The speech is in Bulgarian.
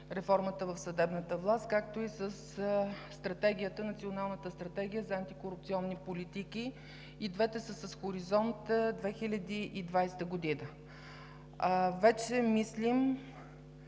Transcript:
реформата в съдебната власт, както и с Националната стратегия за антикорупционни политики? И двете са с хоризонт 2020 г. Вече мислим